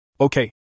Okay